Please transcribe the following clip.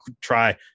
try